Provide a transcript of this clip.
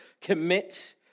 Commit